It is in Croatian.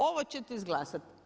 Ovo ćete izglasati.